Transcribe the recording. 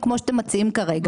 כמו שאתם מציעים כרגע.